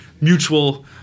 mutual